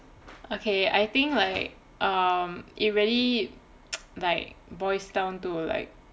okay I think like um it really like boils down to like